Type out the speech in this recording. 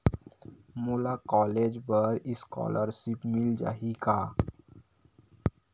मोला कॉलेज बर स्कालर्शिप मिल जाही का?